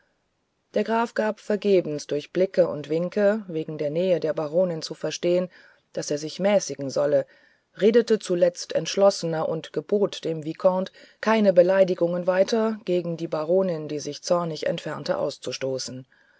der graf gab vergebens durch blicke und winke wegen der nähe der baronin zu verstehen daß er sich mäßigen solle redete zuletzt entschlossener und gebot dem vicomte keine beleidigungen weiter wegen der baronin die sich zornig entfernte auszustoßen